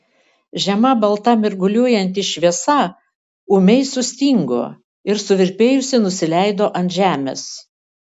žema balta mirguliuojanti šviesa ūmiai sustingo ir suvirpėjusi nusileido ant žemės